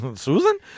Susan